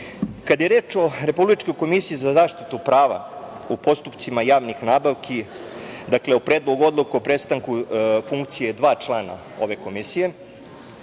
je reč o Republičkoj komisiji za zaštitu prava u postupcima javnih nabavki, o Predlogu odluke o prestanku funkcije dva člana ove Komisije,